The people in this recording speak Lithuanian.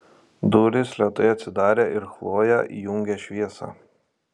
durys lėtai atsidarė ir chlojė įjungė šviesą